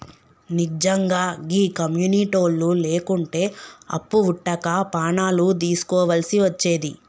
నిజ్జంగా గీ కమ్యునిటోళ్లు లేకుంటే అప్పు వుట్టక పానాలు దీస్కోవల్సి వచ్చేది